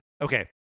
okay